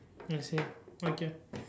I see okay